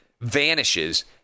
vanishes